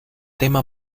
tema